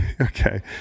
Okay